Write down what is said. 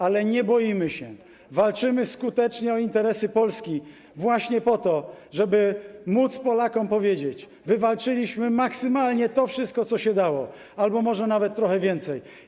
Ale nie boimy się, walczymy skutecznie o interesy Polski właśnie po to, żeby móc Polakom powiedzieć: wywalczyliśmy maksymalnie to wszystko, co się dało, albo może nawet trochę więcej.